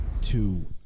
two